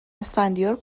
اسفندیار